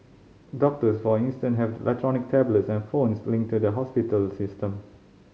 doctors for instance have electronic tablets and phones linked to the hospital system